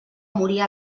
morir